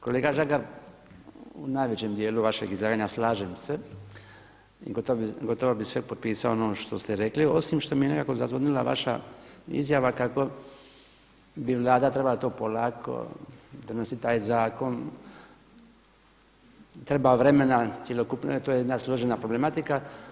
Kolega Žagar u najvećem dijelu vašeg izlaganja slažem se i gotovo bih sve potpisao ono što ste rekli, osim što mi je nekako zazvonila vaša izjava kako bi Vlada trebala to polako, donositi taj zakon, treba vremena, cjelokupna, to je jedna složena problematika.